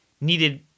needed